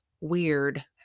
weird